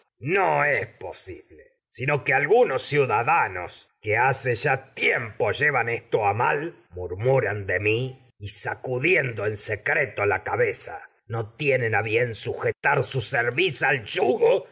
no que es posible sino algunos ciudadanos hace ya tiempo llevan esto a mal murmuran de mi y sacudien do en secreto la cabeza no tienen a bien sujetar su cerviz al yugo